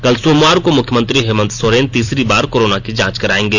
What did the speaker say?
कल सोमवार को मुख्यमंत्री हेमंत सोरेन तीसरी बार कोरोना की जांच कराएंगे